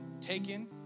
taken